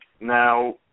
Now